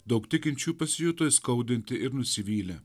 daug tikinčių pasijuto įskaudinti ir nusivylę